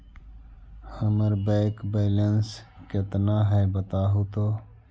हमर bank balance केतना है बताहु तो?